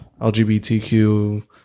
LGBTQ –